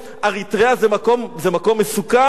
אריתריאה זה מקום מסוכן?